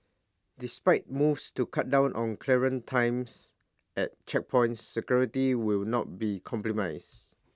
despite moves to cut down on clearance times at checkpoints security will not be compromised